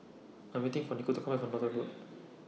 I Am waiting For Nico to Come Back from Northolt Road